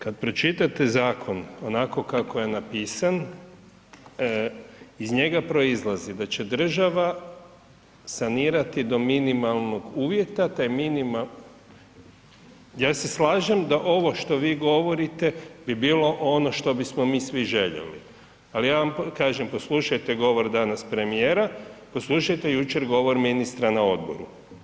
Kad pročitate zakon onako kako je napisan, iz njega proizlazi da će država sanirati do minimalnog uvjeta, taj minimalni… ja se slažem da ovo što vi govorite bi bilo ono što bismo mi svi željeli, ali ja vam kažem, poslušajte govor danas premijera, poslušajte jučer govor ministra na odboru.